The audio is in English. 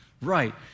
Right